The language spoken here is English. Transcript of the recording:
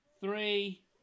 three